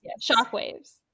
shockwaves